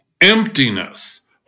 emptiness